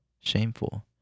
Shameful